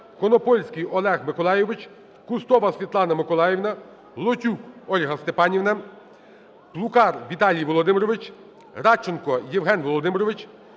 Конопольський Олег Миколайович, Кустова Світлана Миколаївна, Лотюк Ольга Степанівна, Плукар Віталій Володимирович, Радченко Євген Володимирович,